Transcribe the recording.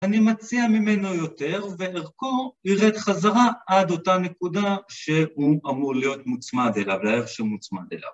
אני מציע ממנו יותר, וערכו ירד חזרה עד אותה נקודה שהוא אמור להיות מוצמד אליו, לערך שהוא מוצמד אליו.